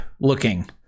looking